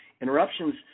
interruptions